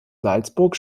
salzburg